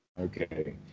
Okay